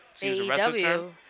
AEW